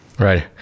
Right